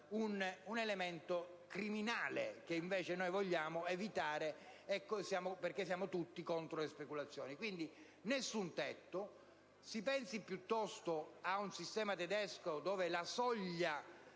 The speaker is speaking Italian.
un elemento criminale, che invece noi vogliamo evitare, perché siamo tutti contro le speculazioni. Quindi, nessun tetto. Si pensi, piuttosto, a un sistema tedesco per cui la soglia